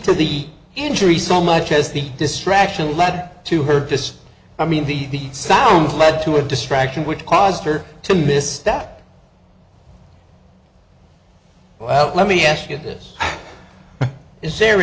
to the injury so much as the distraction led to her fists i mean the sounds led to a distraction which caused her to miss that well let me ask you this is there